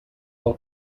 del